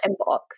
inbox